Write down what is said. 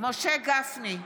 משה גפני,